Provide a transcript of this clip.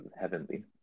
heavenly